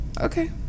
okay